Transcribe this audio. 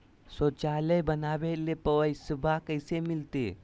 शौचालय बनावे ले पैसबा कैसे मिलते?